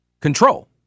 control